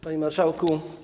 Panie Marszałku!